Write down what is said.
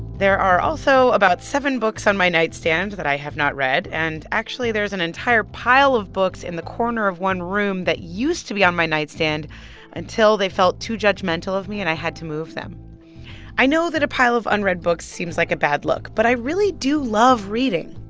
there are also about seven books on my nightstand that i have not read. and actually, there's an entire pile of books in the corner of one room that used to be on my nightstand until they felt too judgmental of me, and i had to move them i know that a pile of unread books seems like a bad look, but i really do love reading.